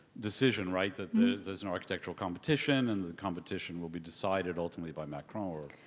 decision, right, that there's an architectural competition and the competition will be decided ultimately by macron or